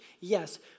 Yes